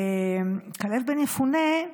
כלב בן יפונה,